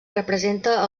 representa